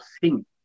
sing